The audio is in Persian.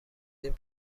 این